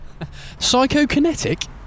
Psychokinetic